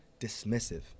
dismissive